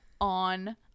on